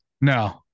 no